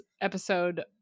episode